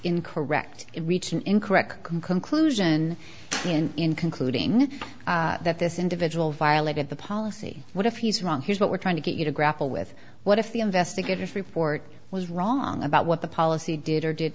incorrect it reached an incorrect conclusion in concluding that this individual violated the policy what if he's wrong here's what we're trying to get you to grapple with what if the investigative report was wrong about what the policy did or did